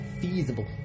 feasible